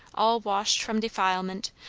all washed from defilement,